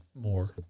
more